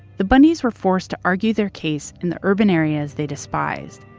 the bundys were forced to argue their case in the urban areas they despised,